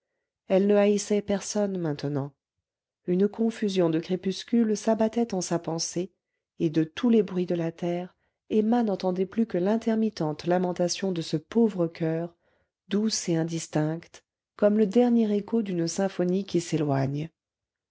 personne maintenant une confusion de crépuscule s'abattait en sa pensée et de tous les bruits de la terre emma n'entendait plus que l'intermittente lamentation de ce pauvre coeur douce et indistincte comme le dernier écho d'une symphonie qui s'éloigne